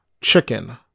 Chicken